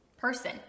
person